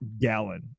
gallon